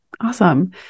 Awesome